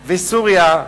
וסוריה,